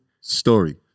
story